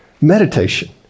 Meditation